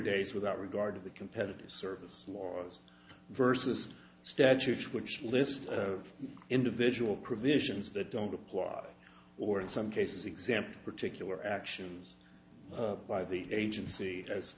days without regard to the competitive service was versus statutes which list of individual provisions that don't apply or in some cases example particular actions by the agency